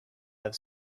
have